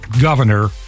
governor